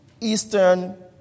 Eastern